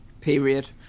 Period